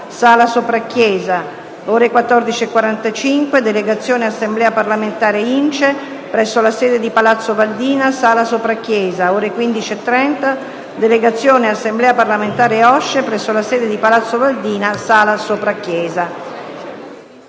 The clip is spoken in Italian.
sala Soprachiesa; - ore 14,45: Delegazione Assemblea parlamentare INCE, presso la sede di Palazzo Valdina, sala Soprachiesa; - ore 15,30: Delegazione Assemblea parlamentare OSCE, presso la sede di Palazzo Valdina, sala Soprachiesa.